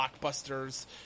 blockbusters